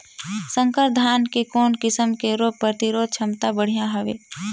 संकर धान के कौन किसम मे रोग प्रतिरोधक क्षमता बढ़िया हवे?